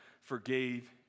forgave